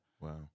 wow